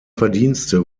verdienste